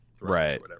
Right